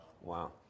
Wow